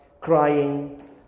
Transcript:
crying